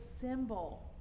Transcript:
symbol